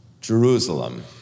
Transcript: Jerusalem